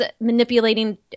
manipulating